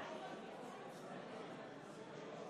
54. אני קובע כי הצעת האי-אמון בממשלה של סיעת הציונות הדתית לא התקבלה.